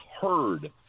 heard